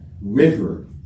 river